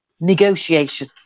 negotiation